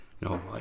No